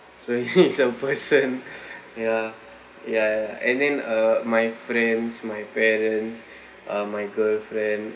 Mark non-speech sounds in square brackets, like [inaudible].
[laughs] so he's a person ya ya ya ya and then uh my friends my parents uh my girlfriend